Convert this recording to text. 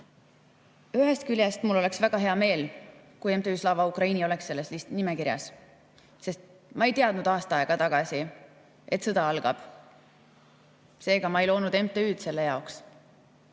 Ühest küljest mul oleks väga hea meel, kui MTÜ Slava Ukraini oleks selles nimekirjas. Ma ei teadnud aasta aega tagasi, et sõda algab. Seega ma ei loonud selle jaoks